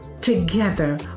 Together